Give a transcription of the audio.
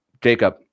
jacob